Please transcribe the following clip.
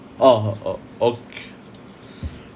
ah oh ok~